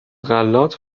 غلات